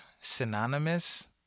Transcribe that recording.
synonymous